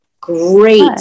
great